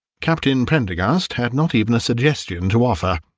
captain prendergast had not even a suggestion to offer.